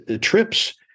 trips